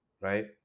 right